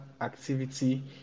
activity